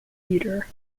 theater